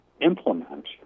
implement